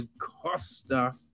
Costa